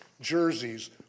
jerseys